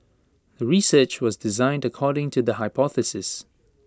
the research was designed according to the hypothesis